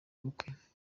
ubukwe